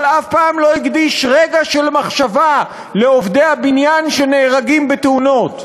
אבל אף פעם לא הקדיש רגע של מחשבה לעובדי הבניין שנהרגים בתאונות.